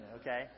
okay